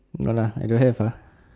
no lah I don't have uh